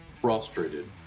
frustrated